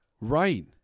Right